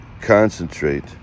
concentrate